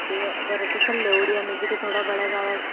ते अगर तुसें लेई ओड़ेआ मिगी तां थुआढ़ा बड़ा ज्यादा